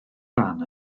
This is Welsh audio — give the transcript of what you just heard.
ran